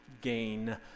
gain